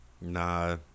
nah